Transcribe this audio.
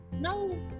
no